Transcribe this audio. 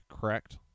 correct